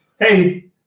Hey